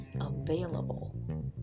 available